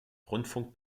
rundfunk